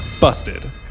Busted